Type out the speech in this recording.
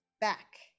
back